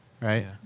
right